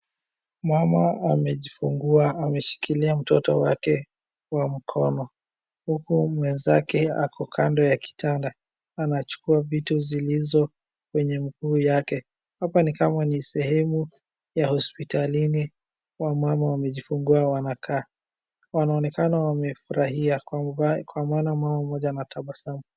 Mama amejifungua ameshikilia mtoto wake kwa mkono huku mwenzake ako kando ya kitanda anachukua vitu zilizo kwenye miguu yake. Hapa ni kama ni sehemu ya hospitalini wamama wamejifungua wanakaa wanaonekana wamefurahia kwa maana mama mmoja anatabasamu.